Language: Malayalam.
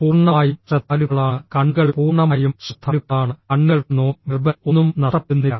പൂർണ്ണമായും ശ്രദ്ധാലുക്കളാണ് കണ്ണുകൾ പൂർണ്ണമായും ശ്രദ്ധാലുക്കളാണ് കണ്ണുകൾക്ക് നോൺ വെർബൽ ഒന്നും നഷ്ടപ്പെടുന്നില്ല